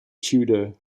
tudor